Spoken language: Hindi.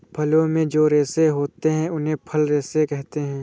फलों में जो रेशे होते हैं उन्हें फल रेशे कहते है